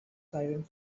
silent